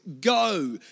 go